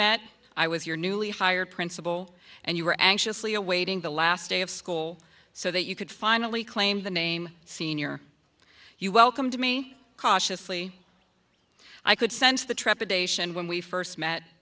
met i was your newly hired principal and you were anxiously awaiting the last day of school so that you could finally claim the name senior you welcomed me cautiously i could sense the trepidation when we first met